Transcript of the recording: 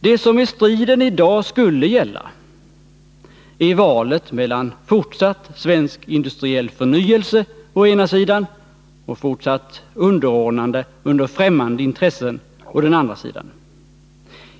Det som striden i dag skulle gälla är valet mellan fortsatt svensk industriell förnyelse å den ena sidan och fortsatt underordnande under främmande intressen å den andra sidan.